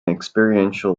experiential